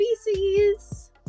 species